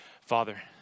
Father